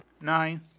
nine